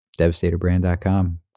devastatorbrand.com